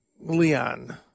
Leon